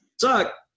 suck